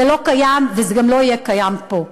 זה לא קיים וזה גם לא יהיה קיים פה.